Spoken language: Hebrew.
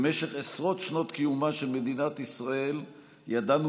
במשך עשרות שנות קיומה של מדינת ישראל ידענו